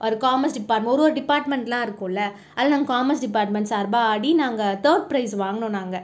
ஒரு commerce department ஒரு ஒரு டிபார்ட்மெண்ட்லாம் இருக்கும்ல அதில் நான் காமர்ஸ் டிபார்ட்மெண்ட் சார்பாக ஆடி நாங்கள் தேர்ட் பிரைஸ் வாங்கினோம் நாங்கள்